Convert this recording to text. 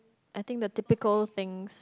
I think the typical things